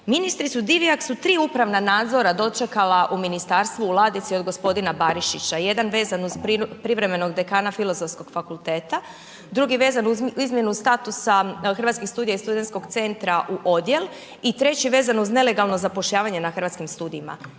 ministricu Divjak su tri upravna nadzora dočekala u ministarstvu u ladici od gospodina Barišića. Jedan vezano uz privremenog dekana Filozofskog fakulteta, drugi vezano uz izmjenu statusa Hrvatskih studija iz Studentskog centra u odjel i treći vezan uz nelegalno zapošljavanje na Hrvatskim studijima.